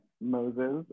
Moses